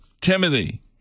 Timothy